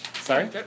Sorry